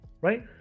Right